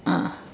ah